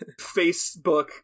facebook